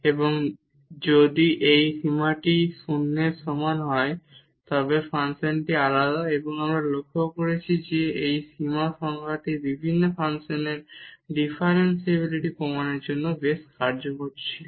এবং যদি এই সীমাটি 0 এর সমান হয় তবে ফাংশনটি আলাদা এবং আমরা লক্ষ্য করেছি যে এই সীমা সংজ্ঞাটি বিভিন্ন ফাংশনের ডিফারেনশিবিলিটি প্রমাণের জন্য বেশ কার্যকর ছিল